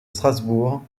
strasbourg